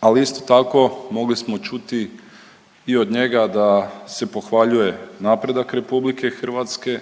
Ali isto tako mogli smo čuti i od njega da se pohvaljuje napredak Republike Hrvatske,